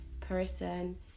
person